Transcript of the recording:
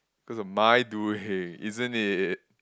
cause of my doing isn't it